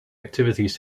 activities